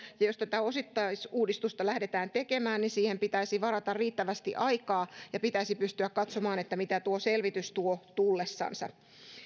ja jos tätä osittaisuudistusta lähdetään tekemään niin siihen pitäisi varata riittävästi aikaa ja pitäisi pystyä katsomaan mitä tuo selvitys tuo tullessansa